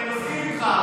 אני מסכים איתך,